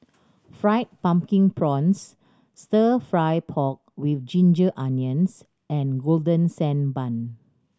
Fried Pumpkin Prawns Stir Fry pork with ginger onions and Golden Sand Bun